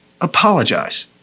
apologize